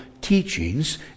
teachings